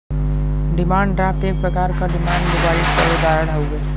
demand draft एक प्रकार क डिमांड डिपाजिट क उदाहरण हउवे